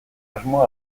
asmoa